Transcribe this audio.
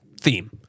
theme